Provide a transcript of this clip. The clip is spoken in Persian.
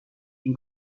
این